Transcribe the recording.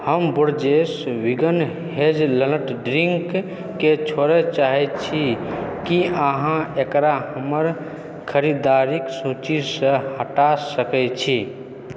हम Borges vegan hazelnut drink के छोड़य चाहै छी की अहाँ एकरा हमर खरीदारीक सूचीसँ हटा सकै छी